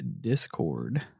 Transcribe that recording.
Discord